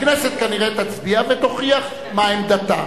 הכנסת כנראה תצביע ותוכיח מה עמדתה.